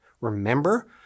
Remember